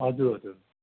हजुर हजुर